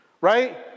right